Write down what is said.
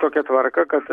tokia tvarka kad